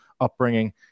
upbringing